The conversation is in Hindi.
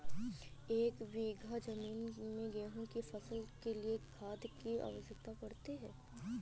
एक बीघा ज़मीन में गेहूँ की फसल के लिए कितनी खाद की आवश्यकता पड़ती है?